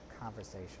conversation